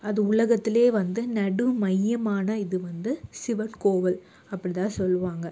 அது உலகத்திலே வந்து நடு மையமான இது வந்து சிவன் கோவில் அப்படி தான் சொல்லுவாங்க